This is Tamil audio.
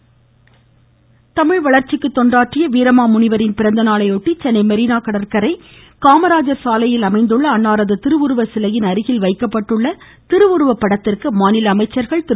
வீரமாமுனிவர் தமிழ் வளர்ச்சிக்கு தொண்டாற்றிய வீரமாமுனிவரின் பிறந்தநாளையொட்டி சென்னை மெரீனா கடற்கரை காமராஜா் சாலையில் அமைந்துள்ள அன்னாரது திருவுருவ சிலையின் அருகில் வைக்கப்பட்டுள்ள அவரது திருவுருவ படத்திற்கு மாநில அமைச்சர்கள் திரு